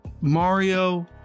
Mario